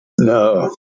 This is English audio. No